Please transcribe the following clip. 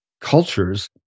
cultures